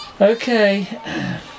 Okay